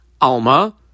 Alma